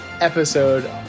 episode